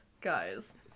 guys